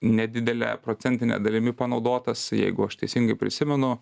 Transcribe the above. nedidele procentine dalimi panaudotas jeigu aš teisingai prisimenu